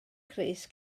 crys